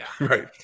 Right